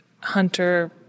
Hunter